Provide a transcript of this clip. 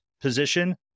position